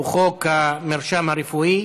חוק המרשם הרפואי.